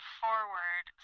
forward